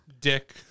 Dick